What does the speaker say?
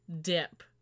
dip